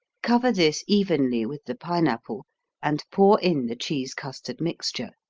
cover this evenly with the pineapple and pour in the cheese-custard mixture.